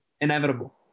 Inevitable